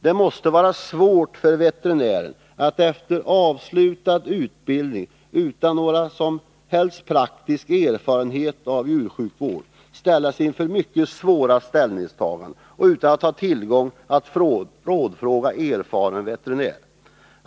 Det måste vara svårt för veterinären att efter avslutad utbildning utan någon som helst praktisk erfarenhet av djursjukvård få lov att göra mycket svåra ställningstaganden utan att ha tillgång till erfaren veterinär att rådfråga.